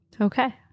Okay